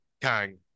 Kang